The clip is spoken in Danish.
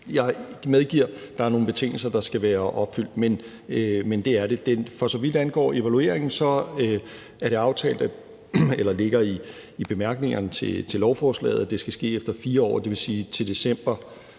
Jeg medgiver, at der er nogle betingelser, der skal være opfyldt, men det er de. For så vidt angår evalueringen, ligger det i bemærkningerne til lovforslaget, at det skal ske efter 4 år, og det vil sige til december